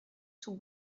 sous